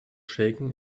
shaken